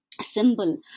symbol